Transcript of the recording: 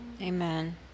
Amen